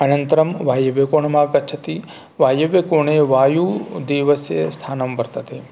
अनन्तरं वायव्यकोणम् आगच्छति वायव्यकोणे वायुदेवस्य स्थानं वर्तते